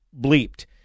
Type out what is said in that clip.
bleeped